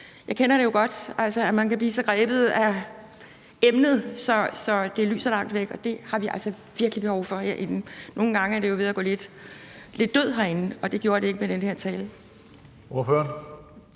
jeg kender det jo godt selv, altså at man kan blive så grebet af emnet, at det lyser langt væk, og det har vi virkelig behov for herinde. Nogle gange er debatten jo ved at gå lidt død herinde, og det gjorde den ikke med den her tale.